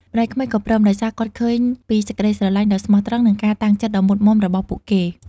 ម្ដាយក្មេកក៏ព្រម ដោយសារគាត់ឃើញពីសេចក្ដីស្រឡាញ់ដ៏ស្មោះត្រង់ និងការតាំងចិត្តដ៏មុតមាំរបស់ពួកគេ។